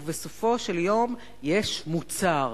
ובסופו של יום יש מוצר,